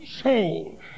soul